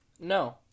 No